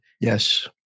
Yes